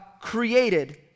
created